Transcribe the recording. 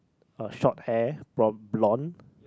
a short hair prob~ blond